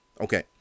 Okay